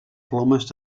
plomes